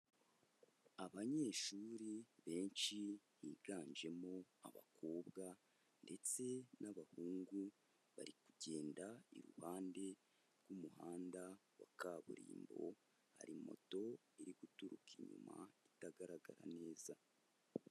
Abanyeshuri benshi biganjemo abakobwa ndetse n'abahungu, bari kugenda iruhande rw'umuhanda wa kaburimbo, hari moto iri guturuka inyuma itagaragara neza.